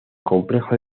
complejo